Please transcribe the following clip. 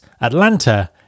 Atlanta